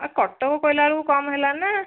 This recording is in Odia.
ଆ କଟକ କହିଲାବେଳକୁ କମ୍ ହେଲାଣି ନା